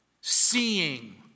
seeing